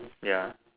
ya